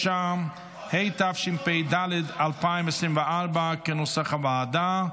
9), התשפ"ד 2024, כנוסח הוועדה.